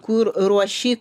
kur ruoši